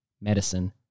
medicine